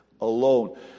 alone